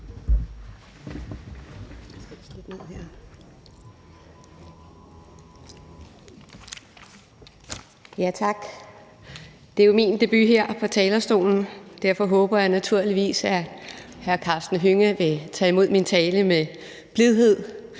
Tak. Det er jo min debut her på talerstolen. Derfor håber jeg naturligvis, at hr. Karsten Hønge vil tage imod min tale med blidhed,